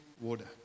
water